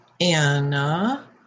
Anna